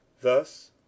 thus